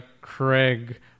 Craig